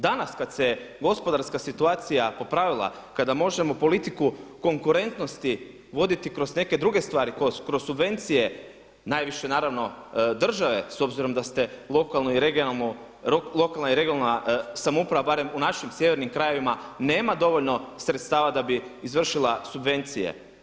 Danas kad se gospodarska situacija popravila, kada možemo politiku konkurentnosti voditi kroz neke druge stvari, kroz subvencije najviše naravno države s obzirom da ste lokalna i regionalna samouprava barem u našim sjevernim krajevima nema dovoljno sredstava da bi izvršila subvencije.